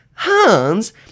Hans